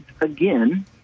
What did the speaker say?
again